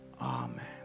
amen